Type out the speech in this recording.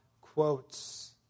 quotes